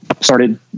started